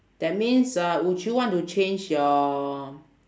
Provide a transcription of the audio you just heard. that means uh would you want to change your